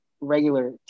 regular